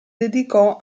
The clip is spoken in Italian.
dedicò